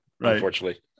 unfortunately